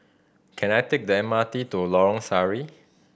can I take the M R T to Lorong Sari